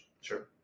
Sure